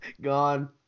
Gone